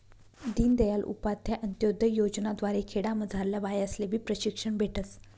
दीनदयाल उपाध्याय अंतोदय योजना द्वारे खेडामझारल्या बायास्लेबी प्रशिक्षण भेटस